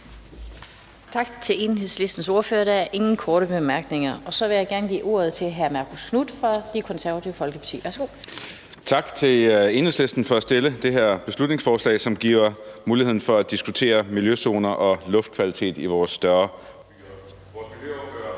Tak til Enhedslistens ordfører. Der er ingen korte bemærkninger. Og så vil jeg gerne give ordet til hr. Marcus Knuth fra Det Konservative Folkeparti. Værsgo. Kl. 17:04 (Ordfører) Marcus Knuth (KF): Tak til Enhedslisten for at fremsætte det her beslutningsforslag, som giver muligheden for at diskutere miljøzoner og luftkvalitet i vores større